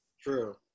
True